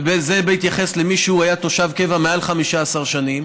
וזה בהתייחס למי שהיה תושב קבע מעל 15 שנים.